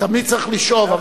תמיד צריך לשאוף,